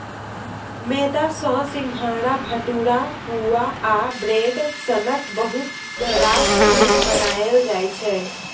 मेदा सँ सिंग्हारा, भटुरा, पुआ आ ब्रेड सनक बहुत रास चीज बनाएल जाइ छै